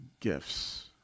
gifts